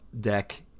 deck